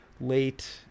late